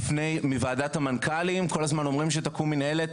מוועדת המנכ"לים כל הזמן אומרים שתקום מינהלת.